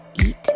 Eat